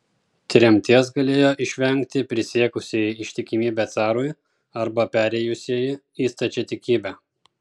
tremties galėjo išvengti prisiekusieji ištikimybę carui arba perėjusieji į stačiatikybę